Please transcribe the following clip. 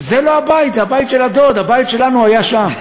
זה לא הבית, זה הבית של הדוד, הבית שלנו היה שם.